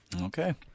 Okay